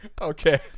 Okay